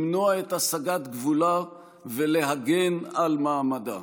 למנוע את הסגת גבולה ולהגן על מעמדה.